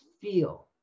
feel